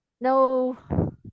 no